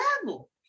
level